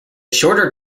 shorter